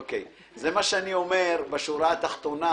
אוקיי, זה מה שאני אומר בשורה התחתונה.